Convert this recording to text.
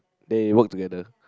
they work together